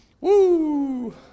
Woo